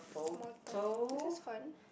small talk this is fun